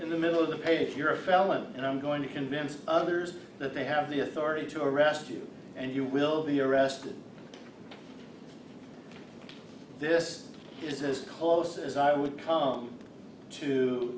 in the middle of the page if you're a felon and i'm going to convince others that they have the authority to arrest you and you will be arrested this is as close as i would come to